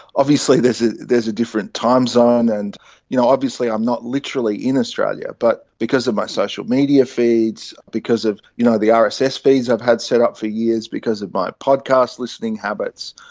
obviously there's ah there's a different time zone and you know obviously i'm not literally in australia, but because of my social media feeds, because of you know the so rss feeds i've had set up for years, because of my podcast listening habits,